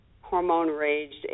hormone-raged